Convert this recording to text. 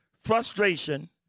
frustration